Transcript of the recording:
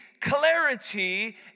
clarity